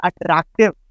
attractive